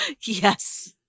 Yes